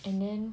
and then